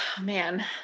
man